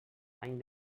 any